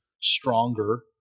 stronger